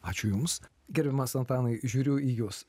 ačiū jums gerbiamas antanai žiūriu į jus